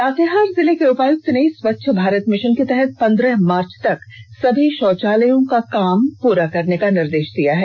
लातेहार जिले के उपायुक्त ने स्वच्छ भारत मिषन के तहत पंद्रह मार्च तक समी शौचालयों का काम पूरा करने का निर्देष दिया है